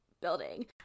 building